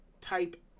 type